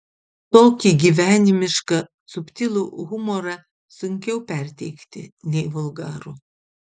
tokį gyvenimišką subtilų humorą sunkiau perteikti nei vulgarų